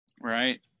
Right